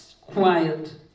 quiet